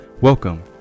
Welcome